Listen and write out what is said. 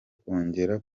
kongera